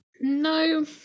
No